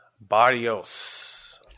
Barrios